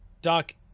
Doc